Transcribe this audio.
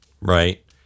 right